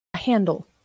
Handle